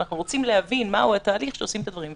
אנחנו רוצים להבין מהו התהליך שעושים את הדברים.